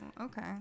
okay